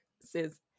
says